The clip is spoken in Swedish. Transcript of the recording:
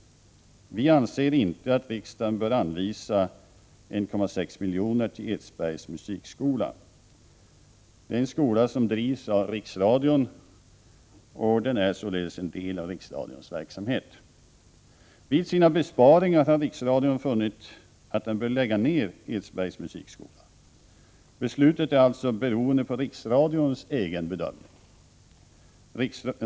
Vi anser inte att riksdagen bör anvisa 1,6 milj.kr. till Edsbergs musikskola. Det är en skola som drivs av riksradion. Den är således en del av riksradions verksamhet. Vid sina besparingar har riksradion funnit att den bör lägga ned Edsbergs musikskola. Beslutet är alltså beroende av riksradions egen bedömning.